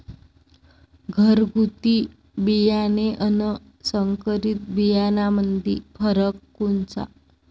घरगुती बियाणे अन संकरीत बियाणामंदी फरक कोनचा?